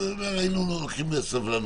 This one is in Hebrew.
היינו ממתינים בסבלנות.